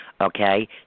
Okay